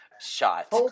shot